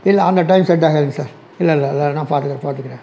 இல்லை அந்த time set ஆகாதுங்க சார் இல்லை இல்லை இல்லை நான் பார்த்துக்கிறேன் பார்த்துக்கிறேன்